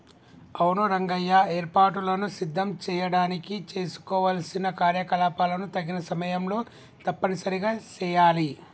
అవును రంగయ్య ఏర్పాటులను సిద్ధం చేయడానికి చేసుకోవలసిన కార్యకలాపాలను తగిన సమయంలో తప్పనిసరిగా సెయాలి